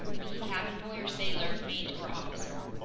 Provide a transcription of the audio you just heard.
be he cabin boy or sailor, mate or officer.